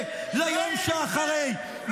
קיצוניים, שרים גזענים.